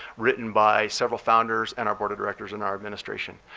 written by several founders and our board of directors and our administration.